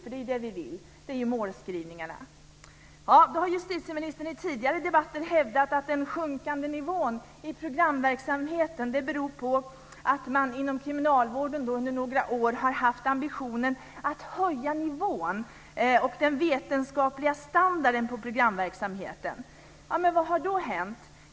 Det är ju vad vi vill, och det är också målskrivningarna. Justitieministern har tidigare i debatter hävdat att den sjunkande nivån i programverksamheten beror på att man inom kriminalvården under några år haft ambitionen att höja nivån och den vetenskapliga standarden på programverksamheten. Men vad har då hänt?